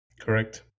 Correct